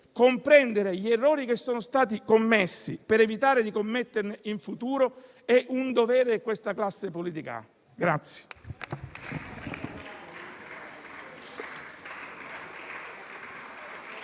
comprendere gli errori che sono stati commessi, per evitare di commetterne in futuro, è un dovere di questa classe politica.